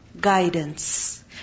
guidance